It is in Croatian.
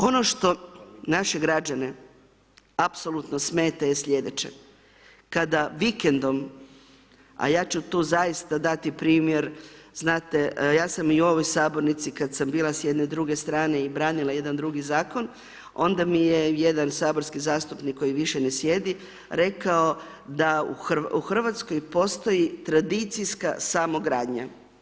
Ono što naše građane apsolutno smeta je sljedeće, kada vikendom, a ja ću tu zaista dati primjer, znate ja sam i u ovoj sabornici kad sam bila s jedne druge strane i branila jedan drugi Zakon, onda mi je jedan saborski zastupnik koji više ne sjedi, rekao da u Hrvatskoj postoji tradicijska samogradnja.